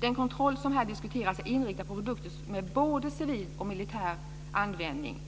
Den kontroll som här diskuteras är inriktad på produkter med både civil och militär användning.